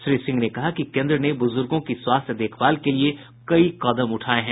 श्री सिंह ने कहा कि केन्द्र ने बुजुर्गों की स्वास्थ्य देखभाल के लिए कई कदम उठाए हैं